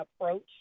approach